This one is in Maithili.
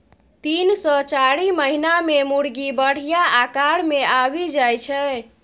तीन सँ चारि महीना मे मुरगी बढ़िया आकार मे आबि जाइ छै